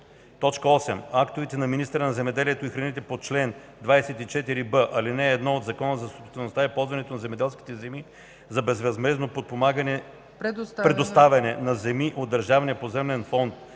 т. 8: „8. актове на министъра на земеделието и храните по чл. 24б, ал. 1 от Закона за собствеността и ползуването на земеделските земи за безвъзмездно предоставяне на земи от държавния поземлен фонд